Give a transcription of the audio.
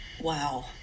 Wow